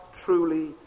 truly